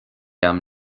agam